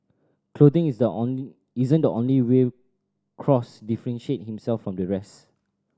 clothing is the isn't the only way Cross differentiate himself from the rest